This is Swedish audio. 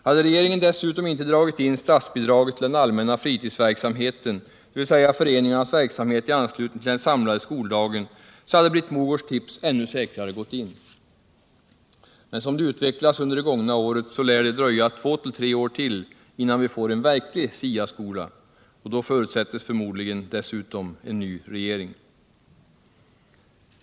Hade regeringen dessutom inte dragit in statsbidraget till den allmänna fritidsverksamheten, dvs. föreningarnas verksamhet i anslutning till den samlade skoldagen, så hade fru Mogårds tips ännu säkrare gått in. Men som det utvecklats under det gångna året lär det dröja två tre år till, innan vi får en verklig SIA-skola. Och då förutsätts förmodligen dessutom en ny regering.